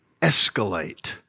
escalate